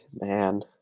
man